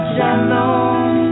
Shalom